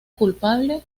culpable